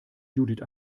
judith